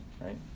right